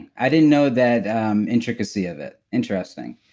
i didn't know that intricacy of it. interesting.